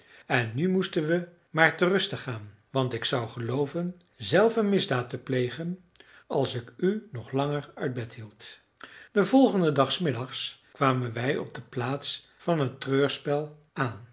en nu moesten we maar ter ruste gaan want ik zou gelooven zelf een misdaad te plegen als ik u nog langer uit bed hield den volgenden dag s middags kwamen wij op de plaats van het treurspel aan